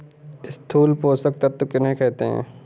स्थूल पोषक तत्व किन्हें कहते हैं?